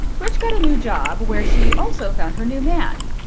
grych got a new job, where she also found her new man.